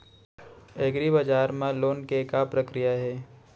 एग्रीबजार मा लोन के का प्रक्रिया हे?